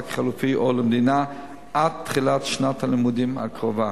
חלופי או למדינה עד תחילת שנת הלימודים הקרובה,